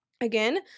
Again